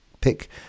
pick